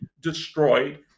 destroyed